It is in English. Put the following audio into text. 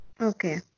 okay